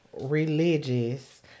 religious